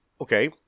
okay